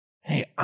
Hey